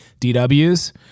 DW's